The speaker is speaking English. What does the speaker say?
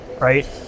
right